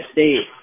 State